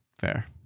Fair